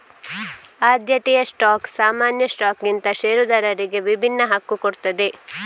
ಆದ್ಯತೆಯ ಸ್ಟಾಕ್ ಸಾಮಾನ್ಯ ಸ್ಟಾಕ್ಗಿಂತ ಷೇರುದಾರರಿಗೆ ವಿಭಿನ್ನ ಹಕ್ಕು ಕೊಡ್ತದೆ